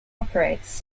operates